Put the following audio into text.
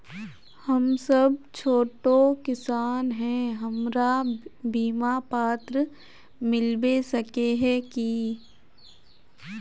हम सब छोटो किसान है हमरा बिमा पात्र मिलबे सके है की?